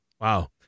wow